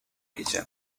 kitchen